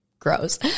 gross